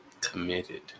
committed